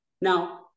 Now